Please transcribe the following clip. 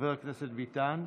חבר הכנסת ביטן,